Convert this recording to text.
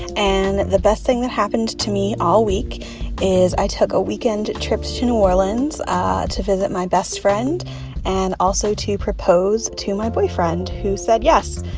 and the best thing that happened to me all week is i took a weekend trip to to new orleans ah to visit my best friend and also to propose to my boyfriend, who said yes.